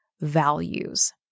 values